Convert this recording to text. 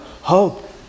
hope